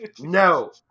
No